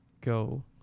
go